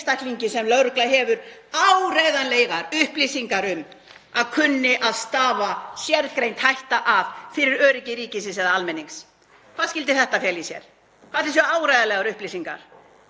sem lögregla hefur áreiðanlegar upplýsingar um að kunni að stafa sérgreind hætta af fyrir öryggi ríkisins eða almennings.“ Hvað skyldi þetta fela í sér? Hvað ætli séu áreiðanlegar upplýsingar?